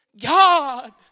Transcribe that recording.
God